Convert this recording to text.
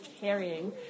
carrying